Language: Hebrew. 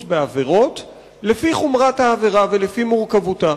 בעבירות לפי חומרת העבירה ולפי מורכבותה.